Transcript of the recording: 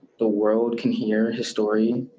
the world can hear his story.